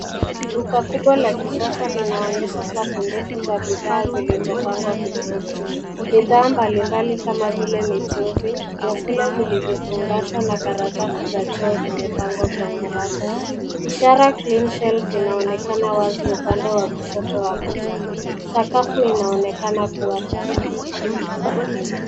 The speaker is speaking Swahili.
Duka kubwa la kisasa linaonyesha safu ndefu za bidhaa zilizopangwa vizuri. Bidhaa mbalimbali kama vile michuuzi, vyakula vilivyofungashwa na karatasi za choo zimepangwa kwenye rafu. Ishara Clean Shelf inaonekana wazi upande wa kushoto wa picha. Sakafu inaonekana kuwa safi.